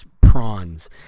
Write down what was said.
prawns